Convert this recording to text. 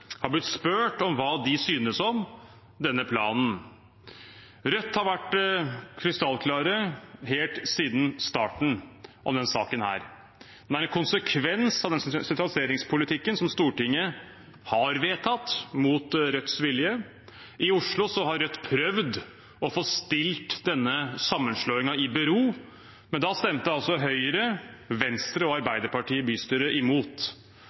har blitt spurt om hva de synes om denne planen. Rødt har vært krystallklar i denne saken helt siden starten. Den er en konsekvens av den sentraliseringspolitikken som Stortinget har vedtatt, mot Rødts vilje. I Oslo har Rødt prøvd å få stilt denne sammenslåingen i bero, men da stemte Høyre, Venstre og